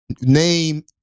name